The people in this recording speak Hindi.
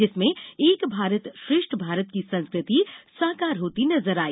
जिसमें एक भारत श्रेष्ठ भारत की संस्कृति साकार होती नजर आई